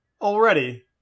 already